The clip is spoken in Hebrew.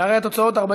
חוק עבודת נשים (תיקון,